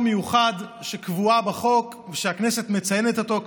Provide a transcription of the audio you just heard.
ליום מיוחד שקבוע בחוק ושהכנסת מציינת אותו.